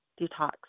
detox